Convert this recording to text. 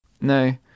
No